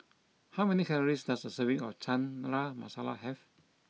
how many calories does a serving of Chana Masala have